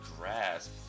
grasp